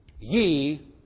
ye